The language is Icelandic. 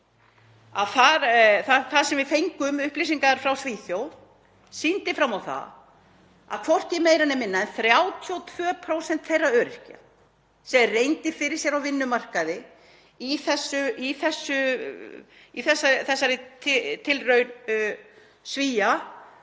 sem við fengum frá Svíþjóð sýndu fram á að hvorki meira né minna en 32% þeirra öryrkja sem reyndu fyrir sér á vinnumarkaði í þessari tilraun Svía